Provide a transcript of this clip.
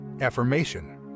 Affirmation